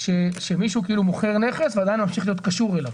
שמישהו מוכר נכס ועדיין ממשיך להיות קשור אליו.